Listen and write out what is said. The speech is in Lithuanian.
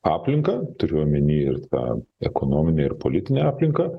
aplinką turiu omeny ir tą ekonominę ir politinę aplinką